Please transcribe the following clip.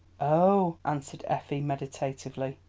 oh, answered effie meditatively,